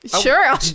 Sure